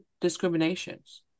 discriminations